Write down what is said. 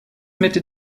mitte